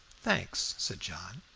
thanks, said john.